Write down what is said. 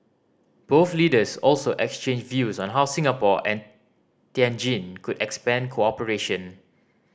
both leaders also exchanged views on how Singapore and Tianjin could expand cooperation